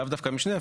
לאו דווקא משנה.